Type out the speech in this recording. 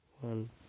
one